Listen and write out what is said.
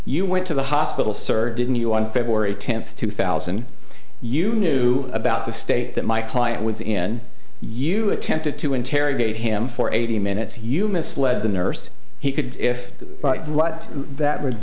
you went to the hospital sir didn't you on february tenth two thousand you knew about the state that my client was in you attempted to interrogate him for eighty minutes you misled the nurse he could if what that would